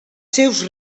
seus